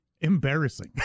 embarrassing